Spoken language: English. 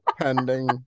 Pending